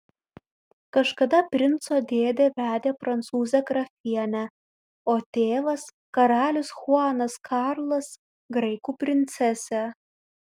kažkada princo dėdė vedė prancūzę grafienę o tėvas karalius chuanas karlas graikų princesę